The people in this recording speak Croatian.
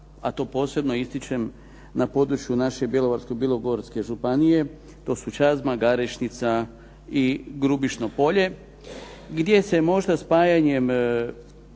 a to posebno ističem na području naše Bjelovarsko-bilogorske županije. To su Čazma, Garešnica i Grubišno polje gdje se možda spajanjem